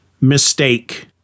Mistake